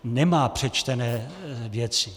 Nemá přečtené věci.